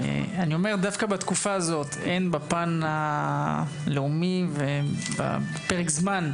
הן בפן הלאומי ובפרק זמן,